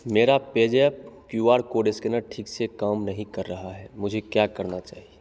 मेरा PayZapp Q R code scanner ठीक से काम नहीं कर रहा है मुझे क्या करना चाहिए